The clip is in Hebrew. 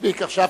מספיק עכשיו.